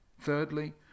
Thirdly